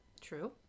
True